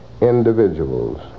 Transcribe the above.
individuals